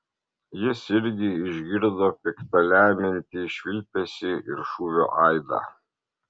jis irgi išgirdo pikta lemiantį švilpesį ir šūvio aidą